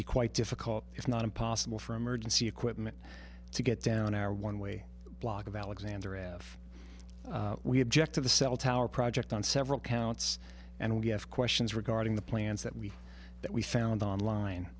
be quite difficult if not impossible for emergency equipment to get down our one way block of alexander if we object to the cell tower project on several counts and we have questions regarding the plans that we that we found online